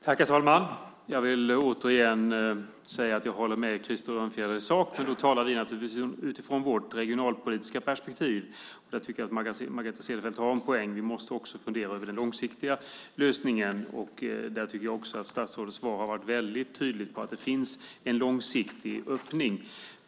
Herr talman! Jag vill återigen säga att jag håller med Krister Örnfjäder i sak. Då talar vi naturligtvis utifrån vårt regionalpolitiska perspektiv. Jag tycker att Margareta Cederfelt har en poäng - vi måste också fundera över den långsiktiga lösningen. Där tycker jag att statsrådets svar har varit tydligt: Det finns en långsiktig öppning.